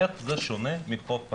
איך זה שונה מחוף הים?